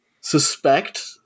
suspect